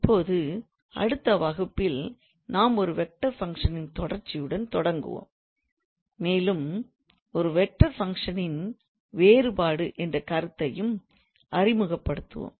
இப்போது அடுத்த வகுப்பில் நாம் ஒரு வெக்டார் ஃபங்க்ஷன் ன் தொடர்ச்சியுடன் தொடங்குவோம் மேலும் ஒரு வெக்டார் ஃபங்க்ஷன் ன் வேறுபாடு என்ற கருத்தையும் அறிமுகப்படுத்துவோம்